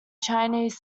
chinese